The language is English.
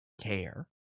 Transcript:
care